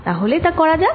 তাহলে তা করা যাক